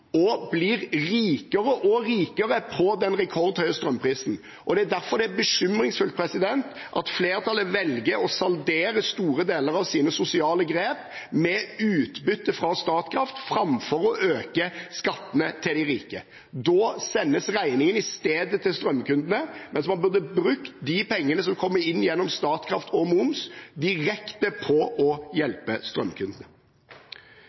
og blir rikere og rikere på den rekordhøye strømprisen, og det er derfor bekymringsfullt at flertallet velger å saldere store deler av sine sosiale grep med utbytte fra Statkraft framfor å øke skattene til de rike. Da sendes regningen i stedet til strømkundene, mens man burde brukt de pengene som kommer inn gjennom Statkraft og moms, direkte til å